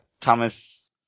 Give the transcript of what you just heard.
Thomas